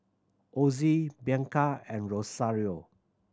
Ozie Bianca and Rosario